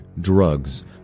drugs